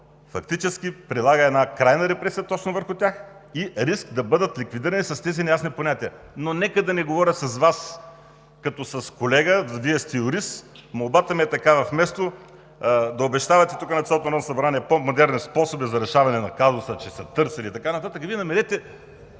фактически прилага една крайна репресия точно върху тях и има риск да бъдат ликвидирани с тези неясни понятия. Но нека да не говоря с Вас като с колега – Вие сте юрист. Молбата ми е такава: вместо да обещавате тук на цялото Народно събрание по-модерни способи за решаване на казуса – че са търсени, и така нататък, намерете